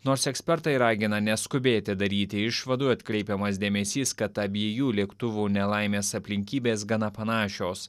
nors ekspertai ragina neskubėti daryti išvadų atkreipiamas dėmesys kad abiejų lėktuvų nelaimės aplinkybės gana panašios